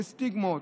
של סטיגמות,